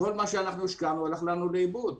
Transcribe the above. והכול הלך לאיבוד.